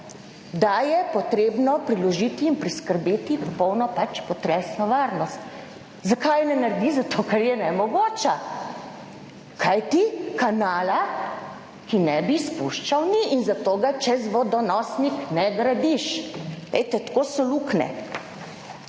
da je potrebno priložiti in priskrbeti popolno pač potresno varnost. Zakaj ne naredi? Zato, ker je nemogoča, kajti kanala, ki ne bi spuščal, ni - in zato ga čez vodonosnik ne gradiš. Glejte, tako so luknje,